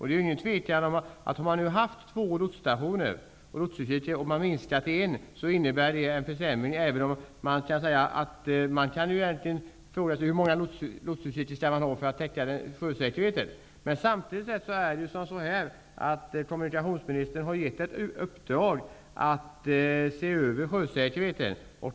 Det är inget tvivel om att om man har haft två lotsstationer och lotsutkikar och minskar det till en innebär det en försämring även om man kan fråga sig hur många lotsutkikar man skall ha för att försäkra sig om sjösäkerheten. Kommunikationsministern har gett i uppdrag till en arbetsgrupp att se över sjösäkerheten.